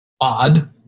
odd